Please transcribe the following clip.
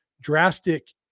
drastic